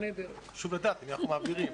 חשוב לדעת למי אנחנו מעבירים.